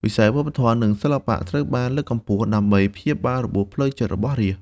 វិស័យវប្បធម៌ និងសិល្បៈត្រូវបានលើកកម្ពស់ដើម្បីព្យាបាលរបួសផ្លូវចិត្តរបស់រាស្ត្រ។